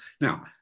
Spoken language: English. Now